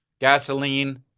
Gasoline